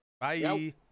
Bye